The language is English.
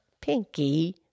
Pinky